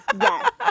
yes